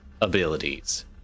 abilities